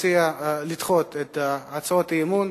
מציע לדחות את הצעות האי-אמון.